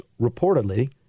reportedly